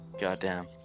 Goddamn